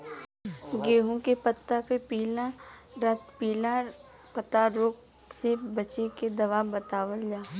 गेहूँ के पता मे पिला रातपिला पतारोग से बचें के दवा बतावल जाव?